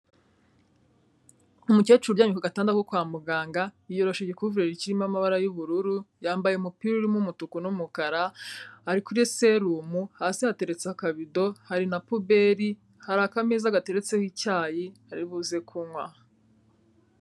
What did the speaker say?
Umukecuru uryamye ku gatanda ko kwa muganga, yiyoroshe igikuvureri kirimo amabara y'ubururu, yambaye umupira urimo umutuku n'umukara, ari kuri serumu. Hasi hateretse akabido, hari na puberi, hari akameza gateretseho icyayi aribuze kunywa.